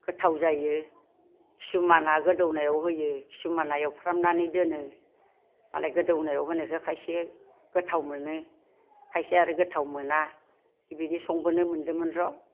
गोथाव जायो किसुमाना गोदौनायाव होयो किसुमाना एवफ्रामनानै दोनो मालाय गोदौनायाव होनायखौ खायसे गोथाव मोनो खायसे आरो गोथाव मोना बेबायदि संबोनो मोन्दोंमोन र'